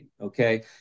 okay